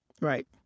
Right